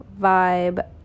vibe